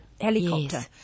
helicopter